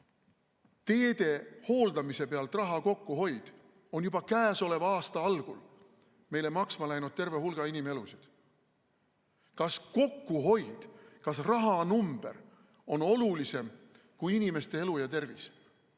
Teede hooldamise pealt raha kokkuhoid on juba käesoleva aasta algul meile maksma läinud terve hulga inimelusid. Kas kokkuhoid, kas rahanumber on olulisem kui inimeste elu ja tervis?